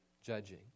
judging